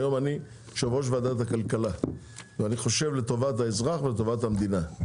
היום אני יושב ראש ועדת הכלכלה ואני חושב לטובת האזרח ולטובת המדינה.